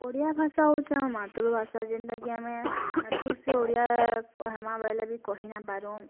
ଓଡ଼ିଆଭାଷା ହେଉଛେ ଆମର୍ ମାତୃଭାଷା ଯେନ୍ଟାକି ଆମେ ଠିକ୍ ସେ ଓଡ଼ିଆ କହେମା ବଲେ ବି କହି ନାଇଁପାରୁଁ